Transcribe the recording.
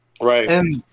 Right